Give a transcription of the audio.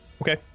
Okay